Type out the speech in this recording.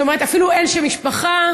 זאת אומרת, אין אפילו שם משפחה.